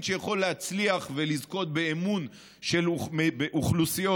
שיכול להצליח ולזכות באמון של אוכלוסיות,